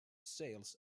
sales